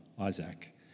Isaac